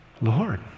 Lord